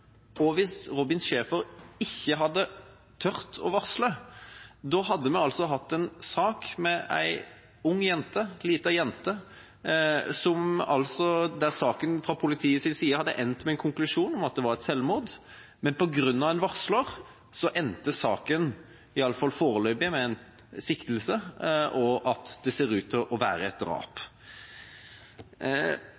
Hva hvis Robin Schaefer ikke hadde turt å varsle? Da hadde vi hatt en sak om en ung jente, en liten jente, der saken fra politiets side hadde endt med en konklusjon om at det var et selvmord. Men på grunn av en varsler endte saken – iallfall foreløpig – med en siktelse, og at det ser ut til å være et drap.